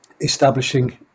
establishing